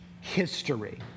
history